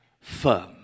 firm